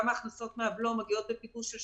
גם ההכנסות מהבלו מגיעות בפיגור של שבועיים,